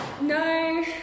No